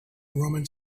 roman